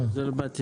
בשביל זה באתי.